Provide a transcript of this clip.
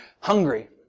hungry